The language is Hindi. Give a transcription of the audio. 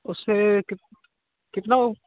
उस पर कित कितना